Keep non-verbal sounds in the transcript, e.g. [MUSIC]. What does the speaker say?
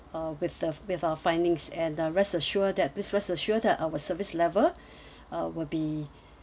uh with the with our findings and uh rest assure that please rest assure that our service level [BREATH] uh will be